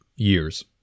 Years